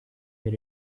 hear